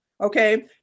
okay